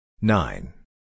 Nine